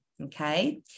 okay